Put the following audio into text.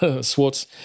Swartz